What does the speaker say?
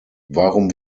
warum